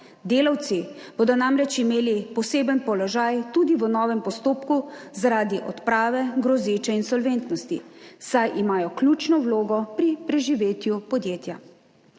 Delavci bodo namreč imeli poseben položaj tudi v novem postopku zaradi odprave grozeče insolventnosti, saj imajo ključno vlogo pri preživetju podjetja.